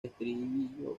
estribillo